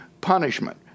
punishment